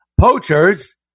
Poachers